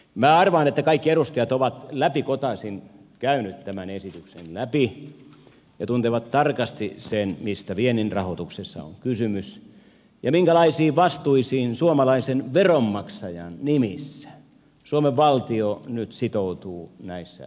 minä arvaan että kaikki edustajat ovat läpikotaisin käyneet tämän esityksen läpi ja tuntevat tarkasti sen mistä viennin rahoituksessa on kysymys ja minkälaisiin vastuisiin suomalaisen veronmaksajan nimissä suomen valtio nyt sitoutuu näissä järjestelyissä